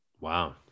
Wow